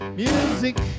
music